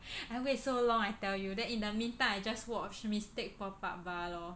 !hais! I wait so long I tell you then in the meantime I just watch Mystic Pop Up Bar lor